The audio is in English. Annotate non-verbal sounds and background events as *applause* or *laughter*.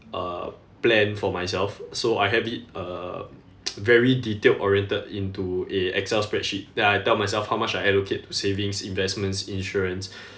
uh plan for myself so I have it uh *noise* very detailed oriented into a excel spreadsheet that I tell myself how much I allocate to savings investments insurance *breath*